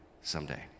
someday